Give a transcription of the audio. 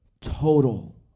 total